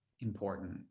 important